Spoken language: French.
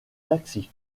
taxi